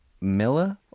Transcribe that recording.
Milla